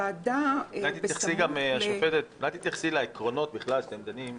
אולי תתייחסי גם לעקרונות שלפיהם אתם דנים,